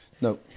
No